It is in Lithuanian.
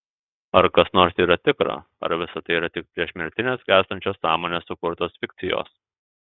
ar kas nors yra tikra ar visa tai yra tik priešmirtinės gęstančios sąmonės sukurtos fikcijos